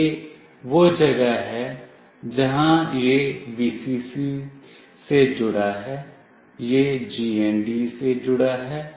यह वह जगह है जहाँ यह Vcc से जुड़ा है यह GND से जुड़ा है